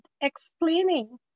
explaining